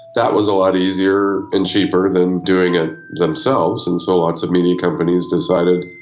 that was a lot easier and cheaper than doing it themselves, and so lots of media companies decided,